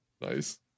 nice